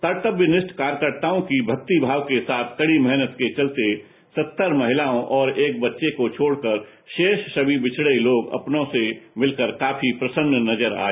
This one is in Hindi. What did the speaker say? कतर्वनिप्ठ कार्यकर्ता की भक्ति के साथ कड़ी मेहनत के चलते सत्तर महिलाओं और एक बच्चे को छोड़कर रोष सभी विछड़े लोग अपनो से मिलकर काफी प्रसन्न नजर आए